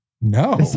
No